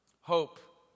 Hope